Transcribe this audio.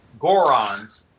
Gorons